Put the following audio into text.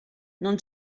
non